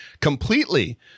completely